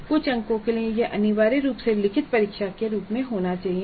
कुछ अंकों के लिए यह अनिवार्य रूप से लिखित परीक्षा के रूप में होना चाहिए